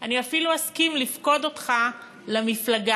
אני אפילו אסכים לפקוד אותך למפלגה,